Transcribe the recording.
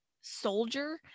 soldier